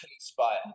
inspire